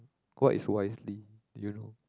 what is wisely you know